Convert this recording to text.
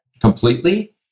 completely